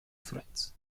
threads